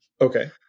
Okay